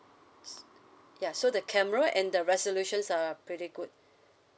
ya so the camera and the resolutions are pretty good